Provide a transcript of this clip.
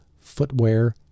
footwear